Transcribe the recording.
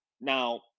Now